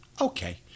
Okay